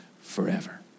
forever